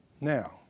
Now